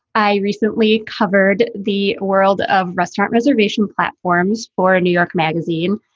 i recently covered the world of restaurant reservation platforms for a new york magazine.